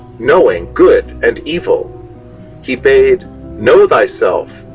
knowing good and evil he bade know thyself!